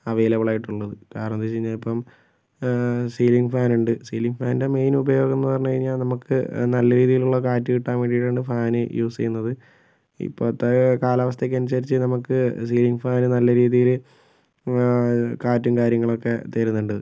available ആയിട്ട് ഉള്ളത് കാരണം എന്ന് വെച്ചാൽ ഇപ്പം സീലിംഗ് ഫാൻ ഉണ്ട് സീലിംഗ് ഫാനിൻ്റെ മെയിൻ ഉപയോഗം പറഞ്ഞ് കഴിഞ്ഞ നമുക്ക് നല്ല രീതിയിൽ ഉള്ള കാറ്റ് കിട്ടാൻ വേണ്ടിയിട്ട് ആണ് ഫാൻ യൂസ് ചെയ്യുന്നത് ഇപ്പോഴത്തെ കാലാവസ്ഥക്ക് അനുസരിച്ച് നമുക്ക് സീലിംഗ് ഫാൻ നല്ല രീതിയിൽ കാറ്റും കാര്യങ്ങളൊക്കെ തരുന്നുണ്ട്